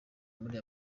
muri